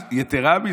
יתרה מזו,